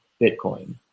Bitcoin